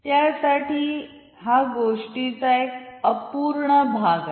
त्यासाठी हा गोष्टीचा एक अपूर्ण भाग आहे